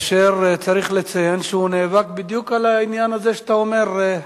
אשר צריך לציין שהוא נאבק בדיוק על העניין הזה שאתה אומר,